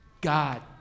god